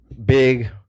Big